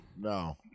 no